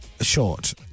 short